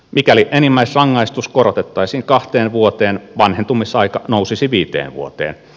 mikäli enimmäisrangaistus korotettaisiin kahteen vuoteen vanhentumisaika nousisi viiteen vuoteen